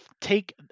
Take